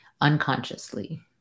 unconsciously